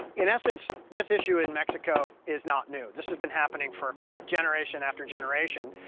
in essence, this issue in mexico is not new. this has been happening for generation after generation.